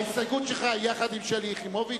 ההסתייגות שלך יחד עם שלי יחימוביץ?